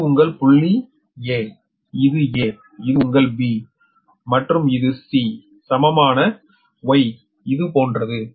இது உங்கள் புள்ளி 'a' இது 'a' இது உங்கள் 'b' மற்றும் இது 'c' சமமான சமமான Y இது போன்றது